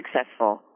successful